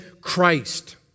Christ